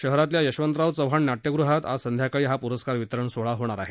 शहरातल्या यशवतराव चव्हाण नाट्यगृहात आज संध्याकाळी हा पुरस्कार वितरण सोहळा होणार आहे